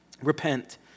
Repent